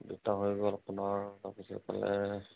দুটা হৈ গ'ল আপোনাৰ তাৰপিছত এইফালে